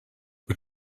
but